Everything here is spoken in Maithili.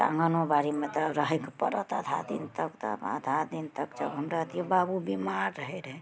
तऽ आँगनो बाड़ीमे तऽ रहयके पड़त आधा दिन तक आधा दिन तक जब हम रहतियै बाबू बीमार रहय रहय